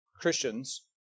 Christians